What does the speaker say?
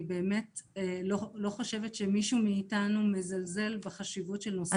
אני לא חושבת שמישהו מאתנו מזלזל בחשיבות של הנושא.